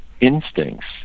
instincts